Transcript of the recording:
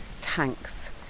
tanks